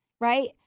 right